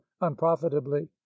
unprofitably